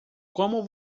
como